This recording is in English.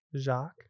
Jacques